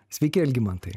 sveiki algimantai